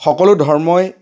সকলো ধৰ্মই